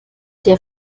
der